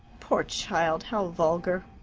poor child, how vulgar!